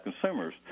consumers